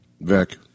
Vic